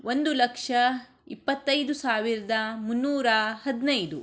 ಒಂದು ಲಕ್ಷ ಇಪ್ಪತ್ತೈದು ಸಾವಿರದ ಮುನ್ನೂರ ಹದಿನೈದು